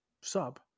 sub